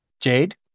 Jade